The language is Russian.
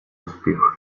успех